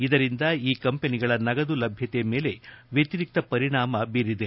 ಇದರಿಂದ ಈ ಕಂಪನಿಗಳ ನಗದು ಲಭ್ಯತೆ ಮೇಲೆ ವ್ಯತಿರಿಕ್ತ ಪರಿಣಾಮ ಬೀರಿದೆ